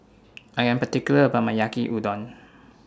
I Am particular about My Yaki Udon